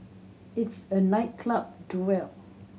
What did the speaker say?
it's a night club duel